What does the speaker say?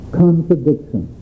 contradiction